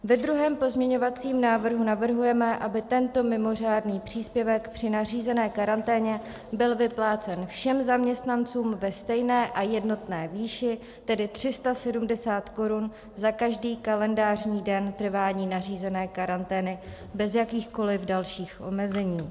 Ve druhém pozměňovacím návrhu navrhujeme, aby tento mimořádný příspěvek při nařízené karanténě byl vyplácen všem zaměstnancům ve stejné a jednotné výši, tedy 370 korun za každý kalendářní den trvání nařízené karantény bez jakýchkoliv dalších omezení.